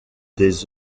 des